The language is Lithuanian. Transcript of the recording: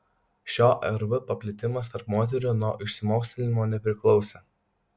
šio rv paplitimas tarp moterų nuo išsimokslinimo nepriklausė